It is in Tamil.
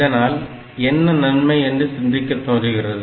இதனால் என்ன நன்மை என்று சிந்திக்கத் தோன்றுகிறது